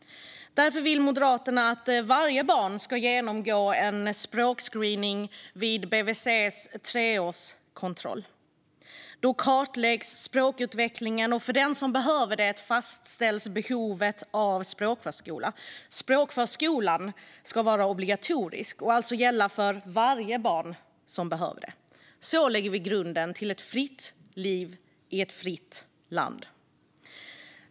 Därför vill Moderaterna att varje barn ska genomgå en språkscreening vid BVC:s treårskontroll. Då kartläggs språkutvecklingen, och för den som behöver det fastställs behovet av språkförskola. Språkförskolan ska vara obligatorisk och alltså gälla för varje barn som behöver det. Så lägger vi grunden till ett fritt liv i ett fritt land.